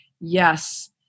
Yes